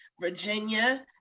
Virginia